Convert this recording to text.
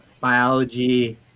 biology